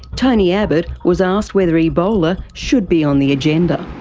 tony abbott was asked whether ebola should be on the agenda.